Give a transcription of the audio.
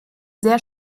sehr